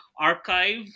archive